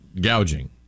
gouging